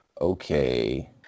Okay